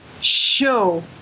show